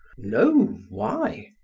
no, why?